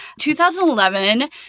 2011